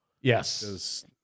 Yes